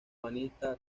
humanista